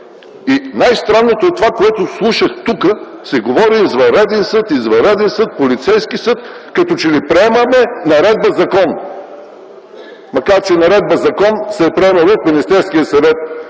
и най странното е това, което слушах тук, че се говори за извънреден съд, специален съд, полицейски съд, като че ли приемаме наредба закон, макар че наредба-закон се е приемало в Министерския съвет